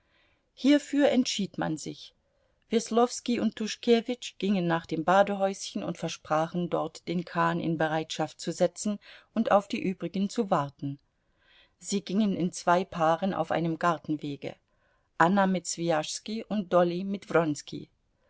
hierfür entschied man sich weslowski und tuschkewitsch gingen nach dem badehäuschen und versprachen dort den kahn in bereitschaft zu setzen und auf die übrigen zu warten sie gingen in zwei paaren auf einem gartenwege anna mit swijaschski und dolly mit